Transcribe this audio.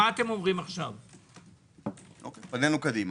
פנינו קדימה.